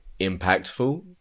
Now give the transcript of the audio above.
impactful